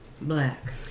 black